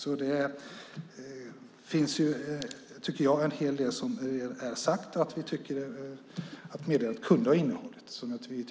En hel del är alltså sagt om vad vi tyckte att meddelandet kunde ha innehållit.